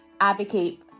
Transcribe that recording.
advocate